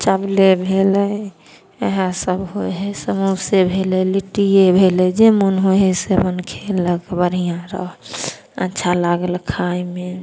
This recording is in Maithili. चावले भेलै वएहसब होइ हइ समोसे भेल लिट्टिए भेलै जे मोन होइ हइ से अपन खेलक बढ़िआँ रहल अच्छा लागल खाइमे